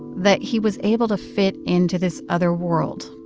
that he was able to fit into this other world,